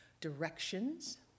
directions